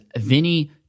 Vinny